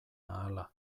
ahala